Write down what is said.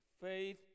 Faith